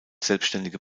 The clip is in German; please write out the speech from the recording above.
selbstständige